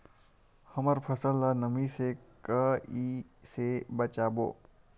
हमर फसल ल नमी से क ई से बचाबो?